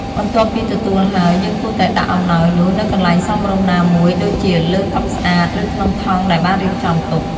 បន្ទាប់ពីទទួលហើយ យើងគួរតែដាក់អំណោយនោះនៅកន្លែងសមរម្យ ណាមួយដូចជាលើតុស្អាត ឬក្នុងថង់ដែលបានរៀបចំទុក។